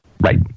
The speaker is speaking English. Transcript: Right